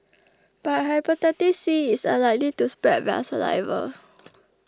but Hepatitis C is unlikely to spread via saliva